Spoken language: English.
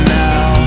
now